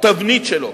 התבנית שלו,